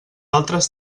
altres